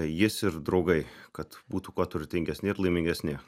jis ir draugai kad būtų kuo turtingesni ir laimingesni